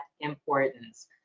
importance